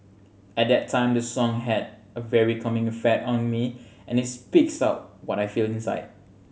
at that time the song had a very calming effect on me and it speaks out what I feel inside